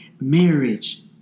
Marriage